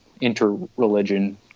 inter-religion